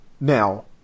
Now